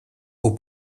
aux